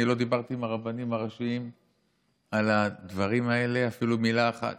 אני לא דיברתי עם הרבנים הראשיים על הדברים האלה אפילו מילה אחת.